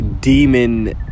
demon